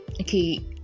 okay